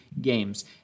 games